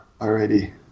alrighty